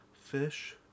Fish